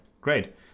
great